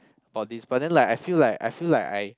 about this but then like I feel like I feel like I